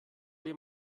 dir